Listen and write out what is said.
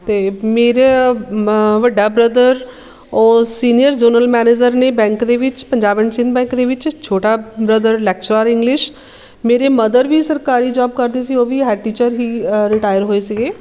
ਅਤੇ ਮੇਰੇ ਵੱਡਾ ਬ੍ਰਦਰ ਉਹ ਸੀਨੀਅਰ ਜਨਰਲ ਮੈਨੇਜਰ ਨੇ ਬੈਂਕ ਦੇ ਵਿੱਚ ਪੰਜਾਬ ਐਂਡ ਸਿੰਧ ਬੈਂਕ ਦੇ ਵਿੱਚ ਛੋਟਾ ਬ੍ਰਦਰ ਲੈਕਚਰਾਰ ਇੰਗਲਿਸ਼ ਮੇਰੇ ਮਦਰ ਵੀ ਸਰਕਾਰੀ ਜੋਬ ਕਰਦੇ ਸੀ ਉਹ ਵੀ ਹੈੱਡ ਟੀਚਰ ਹੀ ਰਿਟਾਇਰ ਹੋਏ ਸੀਗੇ